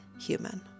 human